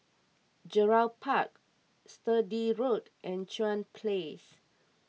Gerald Park Sturdee Road and Chuan Place